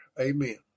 Amen